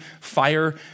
fire